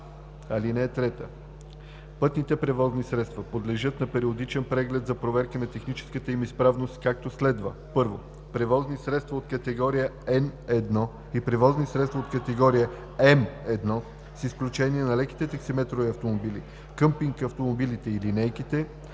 така: „(3) Пътните превозни средства подлежат на периодичен преглед за проверка на техническата им изправност, както следва: 1. превозните средства от категория N1 и превозните средства от категория M1, с изключение на леките таксиметрови автомобили, къмпинг-автомобилите и линейките